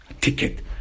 ticket